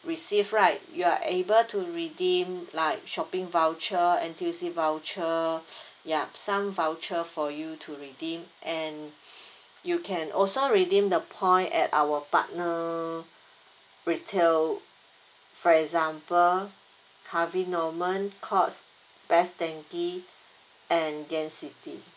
receive right you are able to redeem like shopping voucher N_T_U_C voucher yup some voucher for you to redeem and you can also redeem the point at our partner retail for example Harvey Norman Courts Best Denki and Gain City